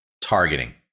Targeting